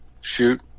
shoot